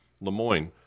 LeMoyne